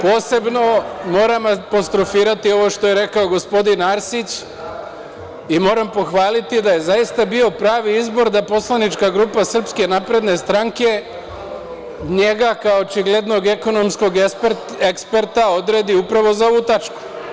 Posebno moram apostrofirati ovo što je rekao gospodin Arsić i moram pohvaliti da je zaista bio pravi izbor da poslanička grupa SNS njega, kao očiglednog ekonomskog eksperta, odredi upravo za ovu tačku.